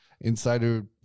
insider